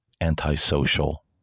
antisocial